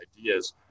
ideas